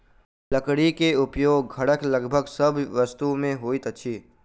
लकड़ी के उपयोग घरक लगभग सभ वस्तु में होइत अछि